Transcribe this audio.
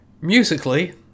Musically